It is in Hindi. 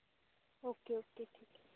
ओके ओके ठीक है